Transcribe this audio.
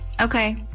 Okay